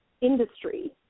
industry